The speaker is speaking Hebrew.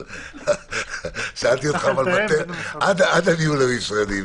אבל שאלתי אותך עד הניהול המשרדי,